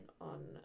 on